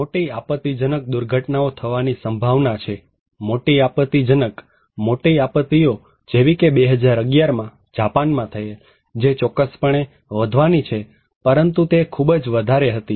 મોટી આપત્તિજનક દુર્ઘટનાઓ થવાની સંભાવના છે મોટી આપત્તિજનક મોટી આપત્તિઓ જેવી કે 2011માં જાપાનમાં થયેલ જે ચોક્કસપણે વધવાની છે પરંતુ તે ખુબજ વધારે હતી